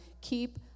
Keep